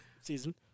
season